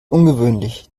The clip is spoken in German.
ungewöhnlich